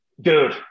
Dude